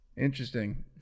Interesting